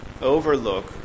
overlook